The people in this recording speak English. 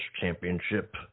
championship